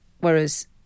Whereas